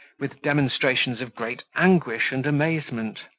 with demonstrations of great anguish and amazement.